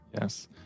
Yes